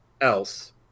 else